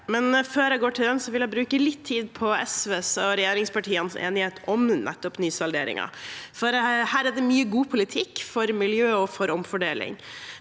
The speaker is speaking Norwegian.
men før jeg går til den, vil jeg bruke litt tid på SV og regjeringspartienes enighet om nettopp nysalderingen. Her er det mye god politikk for miljø og for omfordeling.